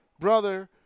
brother